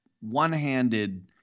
one-handed